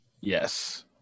Yes